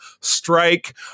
strike